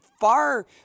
far